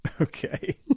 okay